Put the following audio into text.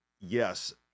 yes